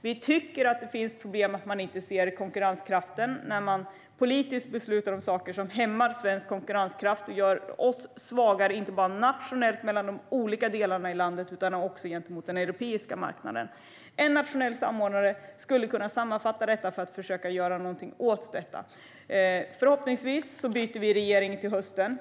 Vi tycker att det är ett problem att man inte ser konkurrenskraften när man politiskt beslutar om saker som hämmar svensk konkurrenskraft och gör oss svagare inte bara nationellt i de olika delarna av landet utan också gentemot den europeiska marknaden. En nationell samordnare skulle kunna sammanfatta detta för att försöka göra någonting åt det. Förhoppningsvis byter vi regering till hösten.